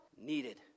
Needed